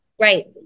Right